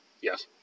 Yes